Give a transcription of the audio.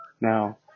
Now